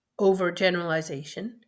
overgeneralization